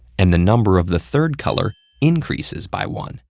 and the number of the third color increases by one.